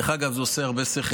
דרך אגב, זה עושה הרבה שכל.